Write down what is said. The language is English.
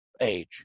age